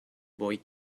boy